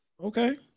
Okay